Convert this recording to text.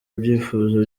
ibyifuzo